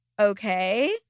Okay